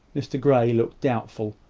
mr grey looked doubtful,